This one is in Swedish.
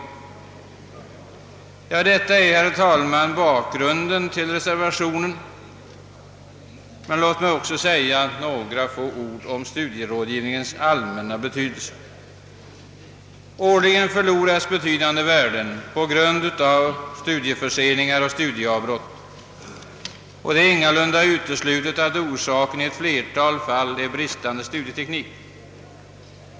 Detta är, herr talman, bakgrunden till reservationen, men låt mig också säga några få ord om studierådgivningens allmänna betydelse. Årligen förloras betydande värden på grund av studieförseningar och studieavbrott, och det är ingalunda uteslutet att orsaken i ett flertal fall är bristande studieteknik.